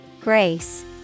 Grace